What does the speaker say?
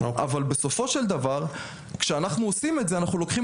אבל בסופו של דבר כשאנחנו עושים את זה אנחנו לוקחים